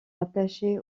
rattachée